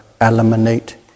eliminate